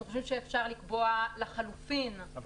אנחנו חושבים שאפשר לקבוע לחלוטין -- אבל